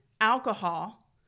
alcohol